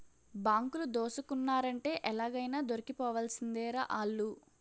బాంకులు దోసుకున్నారంటే ఎలాగైనా దొరికిపోవాల్సిందేరా ఆల్లు